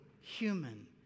human